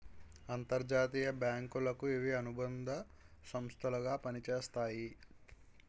అంతర్జాతీయ బ్యాంకులకు ఇవి అనుబంధ సంస్థలు గా పనిచేస్తాయి